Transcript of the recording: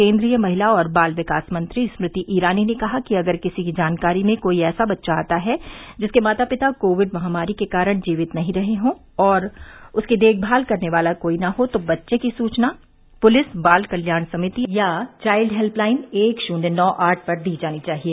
केन्द्रीय महिला और बाल विकास मंत्री स्मृति ईरानी ने कहा कि अगर किसी की जानकारी में कोई ऐसा बच्चा आता है जिसके माता पिता कोविड महामारी के कारण जीवित नहीं रहे हों और उसकी देखभाल करने वाला कोई ना हो तो बच्चे की सूचना पुलिस बाल कल्याण समिति या चाइल्ड हेल्य लाइन एक शूत्य नौ आठ पर दी जानी चाहिए